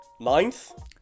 ninth